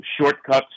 shortcuts